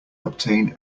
obtain